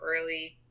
early